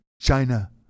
china